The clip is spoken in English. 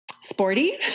sporty